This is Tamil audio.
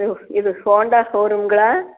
இது ஹோண்டா ஷோரூம்களா